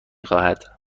خواهد